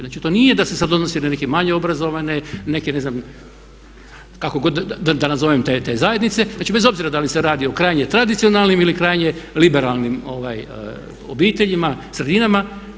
Znači to nije da se sad odnosi na neke manje obrazovanje, neke ne znam kako god da nazovem te zajednice, znači bez obzira da li se radi o krajnje tradicionalnim ili krajnje liberalnim obiteljima, sredinama.